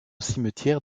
cimetière